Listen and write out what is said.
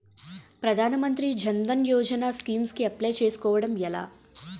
ప్రధాన మంత్రి జన్ ధన్ యోజన స్కీమ్స్ కి అప్లయ్ చేసుకోవడం ఎలా?